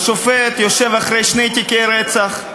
השופט יושב אחרי שני תיקי רצח,